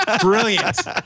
Brilliant